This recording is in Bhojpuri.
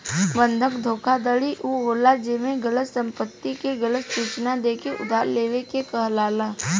बंधक धोखाधड़ी उ होला जेमे गलत संपत्ति के गलत सूचना देके उधार लेवे के कहाला